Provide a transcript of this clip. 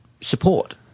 support